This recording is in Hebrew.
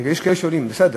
יש כאלה ששואלים: בסדר,